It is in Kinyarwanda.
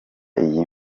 iyi